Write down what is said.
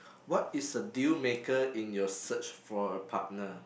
what is a deal maker in your search for a partner